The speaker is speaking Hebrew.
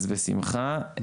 אז בשמחה.